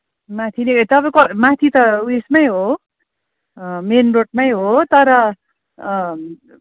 माथि नै ए तपाईंको माथि त ऊ यसमै हो मेन रोडमै हो तर